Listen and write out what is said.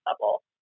level